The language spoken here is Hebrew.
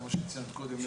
כמו שציינת קודם,